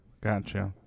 Gotcha